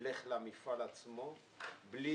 ילך למפעל עצמו בלי